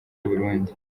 y’uburundi